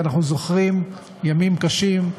ואנחנו זוכרים ימים קשים,